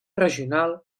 regional